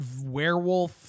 werewolf